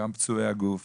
גם פצועי הגוף